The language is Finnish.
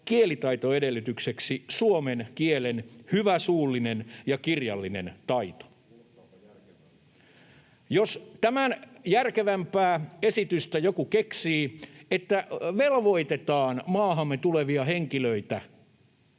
kielitaitoedellytykseksi suomen kielen hyvä suullinen ja kirjallinen taito. [Jussi Halla-aho: Kuulostaapa järkevältä!] Jos tämän järkevämpää esitystä ei joku keksi, että velvoitetaan maahamme tulevia henkilöitä